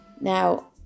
now